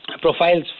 profiles